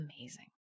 amazing